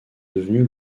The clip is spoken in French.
devenu